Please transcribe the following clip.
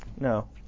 No